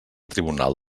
tribunal